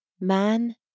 Man